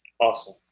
awesome